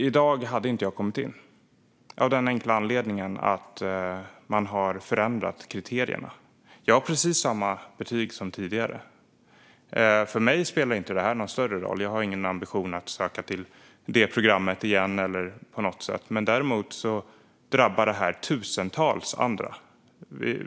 I dag hade jag inte kommit in, av den enkla anledningen att man har ändrat kriterierna. Jag har precis samma betyg nu som tidigare. För mig spelar det här inte någon större roll. Jag har ingen ambition att söka till det programmet igen eller till något annat. Däremot drabbar det tusentals andra.